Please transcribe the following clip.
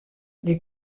les